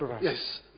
Yes